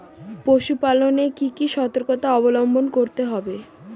পশুপালন এ কি কি সর্তকতা অবলম্বন করতে হবে?